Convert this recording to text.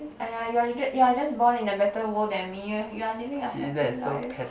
(aiya) you're just you're just born in a better world than me you're you're living a happy life